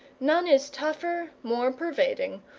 none is tougher, more pervading,